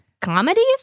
comedies